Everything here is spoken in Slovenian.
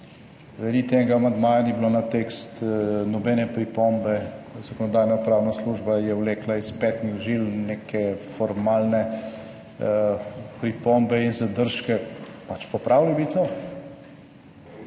Niti enega amandmaja ni bilo na tekst, nobene pripombe, Zakonodajno-pravna služba je vlekla iz petnih žil neke formalne pripombe in zadržke. Pač popravili bi to,